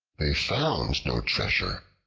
they found no treasure,